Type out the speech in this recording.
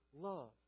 love